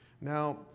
Now